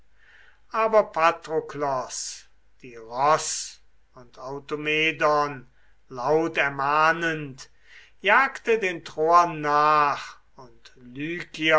aber patroklos die ross und automedon laut ermahnend jagte den troern nach und